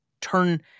turn